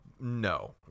No